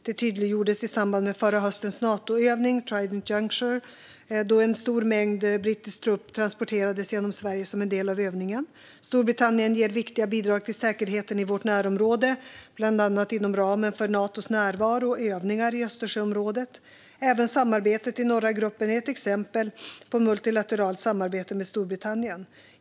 Det tydliggjordes i samband med förra höstens Natoövning, Trident Juncture 2018, då en stor mängd brittisk trupp transporterades genom Sverige som en del av övningen. Storbritannien ger viktiga bidrag till säkerheten i vårt närområde, bland annat inom ramen för Natos närvaro och övningar i Östersjöområdet. Även samarbetet i Norra gruppen är ett exempel på multilateralt samarbete med Storbritannien.